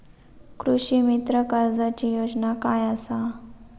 कृषीमित्र कर्जाची योजना काय असा?